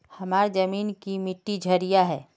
हमार जमीन की मिट्टी क्षारीय है?